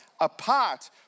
apart